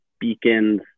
Beacon's